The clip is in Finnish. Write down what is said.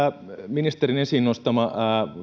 ministerin esiin nostama